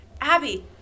Abby